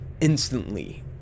instantly